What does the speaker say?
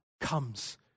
comes